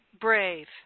brave